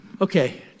Okay